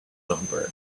number